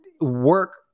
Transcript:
work